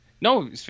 No